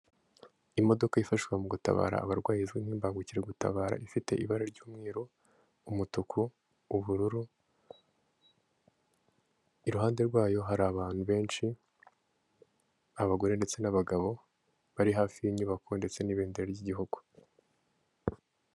Imodoka yifashishwa mu gutabara abarwayi izwi nk'imbangukiragutabara ifite ibara ry'umweru, umutuku, ubururu, iruhande rwayo hari abantu benshi, abagore ndetse n'abagabo bari hafi y'inyubako ndetse n'ibendera ry'igihugu.